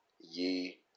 Ye